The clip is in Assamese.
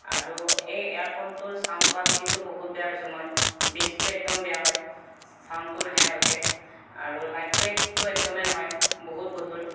আৰু এই এয়াৰফোনটোৰ চাউণ্ড কোৱালিটীটো বহুত বেয়া পাইছোঁ মই বেচটো একদম বেয়া হয় চাউণ্ডটো নাহে ভালকৈ আৰু লাইট ৱেইটো একদমেই নহয় বহুত গধুৰ